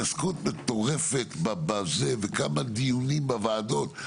זו התעסקות מטורפת בזה, וכמה דיונים בוועדות.